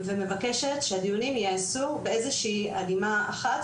ומבקשת שהדיונים ייעשו בהלימה אחת,